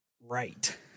right